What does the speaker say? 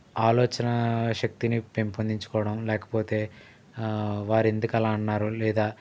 ఆలోచన శక్తిని పెంపొందించుకోవడం లేకపోతే వారెందుకు అలా అన్నారు లేదా